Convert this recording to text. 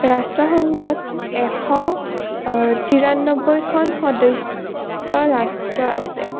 ৰাষ্ট্ৰসংঘত এশ তিৰান্নব্বৈখন সদস্য ৰাষ্ট্ৰ আছে